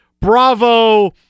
Bravo